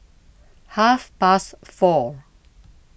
half past four